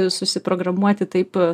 susiprogramuoti taip